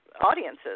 audiences